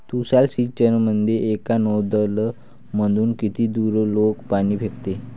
तुषार सिंचनमंदी एका नोजल मधून किती दुरलोक पाणी फेकते?